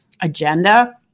agenda